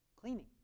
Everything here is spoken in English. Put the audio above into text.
cleaning